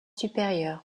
supérieure